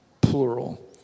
plural